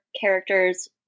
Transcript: characters